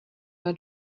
her